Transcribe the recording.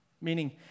Meaning